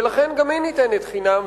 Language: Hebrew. ולכן גם היא ניתנת חינם,